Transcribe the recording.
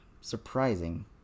surprising